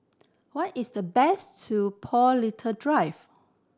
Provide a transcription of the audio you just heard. what is the base to Paul Little Drive